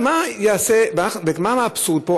מה האבסורד פה?